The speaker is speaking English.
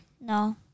No